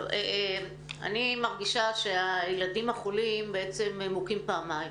אני מרגישה שהילדים החולים מוכים פעמיים: